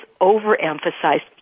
overemphasized